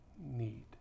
need